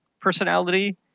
personality